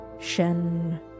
shen